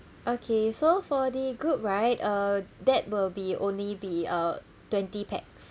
okay so for the group right uh that will be only be uh twenty pax